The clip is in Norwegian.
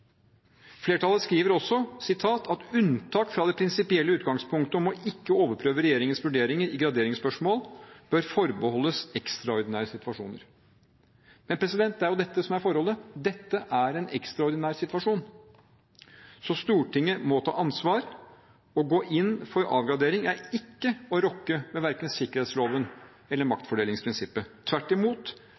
Flertallet skriver også at «unntak fra det prinsipielle utgangspunktet om å ikke overprøve regjeringens vurderinger i graderingsspørsmål bør forbeholdes ekstraordinære situasjoner». Men det er jo dette som er forholdet. Dette er en ekstraordinær situasjon, så Stortinget må ta ansvar. Å gå inn for avgradering er ikke å rokke ved verken sikkerhetsloven eller maktfordelingsprinsippet. Tvert imot,